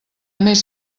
més